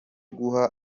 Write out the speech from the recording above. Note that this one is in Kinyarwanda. guha